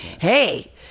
hey